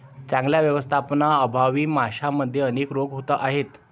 चांगल्या व्यवस्थापनाअभावी माशांमध्ये अनेक रोग होत आहेत